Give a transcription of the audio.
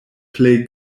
plej